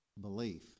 belief